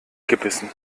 gebissen